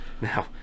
now